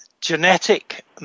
genetic